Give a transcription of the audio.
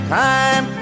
time